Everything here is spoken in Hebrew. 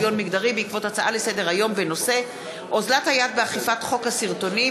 זכויות אזרחים ותיקים בקבלת הטבות ממשרד הבינוי